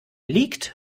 liegt